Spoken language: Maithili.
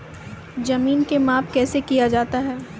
जमीन की माप कैसे किया जाता हैं?